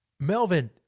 Melvin